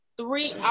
three